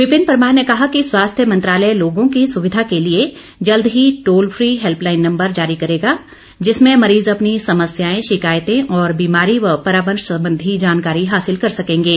विपिन परमार ने कहा कि स्वास्थ्य मंत्रालय लोगों की सुविधा के लिए जल्द ही टॉल फ्री हेल्पलाईन नम्बर जारी करेगा जिसमें मरीज अपनी समस्याएं शिकायतें और बीमारी की जानकारी व परामर्श संबंधी जानकारी हासिल कर सकेंगे